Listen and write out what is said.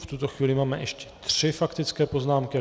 V tuto chvíli máme ještě tři faktické poznámky.